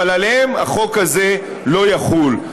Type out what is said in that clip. אבל עליהם החוק הזה לא יחול.